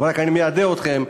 ורק אני מיידע אתכן,